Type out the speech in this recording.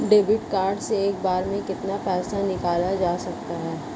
Debit card से एक बार में कितना पैसा निकाला जा सकता है?